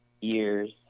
years